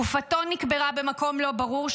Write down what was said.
גופתו נקברה במקום לא ברור,